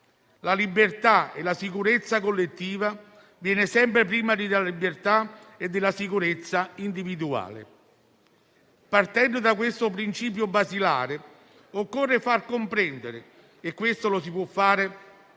La libertà e la sicurezza collettiva vengono sempre prima della libertà e della sicurezza individuale. Partendo quindi da questo principio basilare, occorre far comprendere - e questo lo si può fare